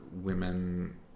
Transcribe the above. women